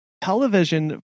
television